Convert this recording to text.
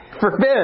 Forbid